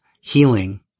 healing